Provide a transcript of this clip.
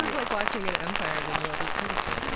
like watching an empire being built. it's beautiful.